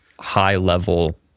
high-level